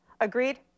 Agreed